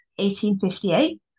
1858